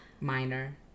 minor